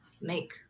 make